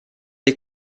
est